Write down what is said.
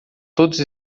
todos